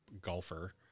golfer